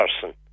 person